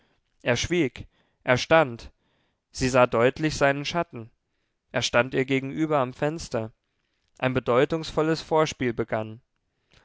er schwieg er stand sie sah deutlich seinen schatten er stand ihr gegenüber am fenster ein bedeutungsvolles vorspiel begann